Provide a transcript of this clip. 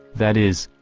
that is,